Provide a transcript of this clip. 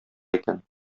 икән